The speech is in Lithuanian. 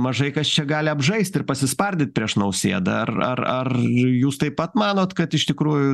mažai kas čia gali apžaist ir pasispardyt prieš nausėdą ar ar ar jūs taip pat manot kad iš tikrųjų